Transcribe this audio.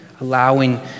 allowing